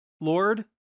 Lord